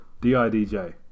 D-I-D-J